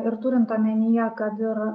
ir turint omenyje kad ir